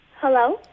Hello